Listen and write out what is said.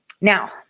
Now